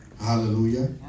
Hallelujah